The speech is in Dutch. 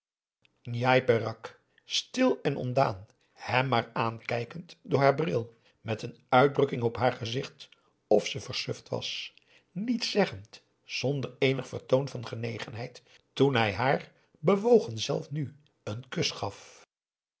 stil en ontdaan hem maar aankijkend door haar bril met een uitdrukking op haar gezicht of ze versuft was niets zeggend zonder eenig vertoon van genegenheid toen hij haar bewogen zelf nu een kus gaf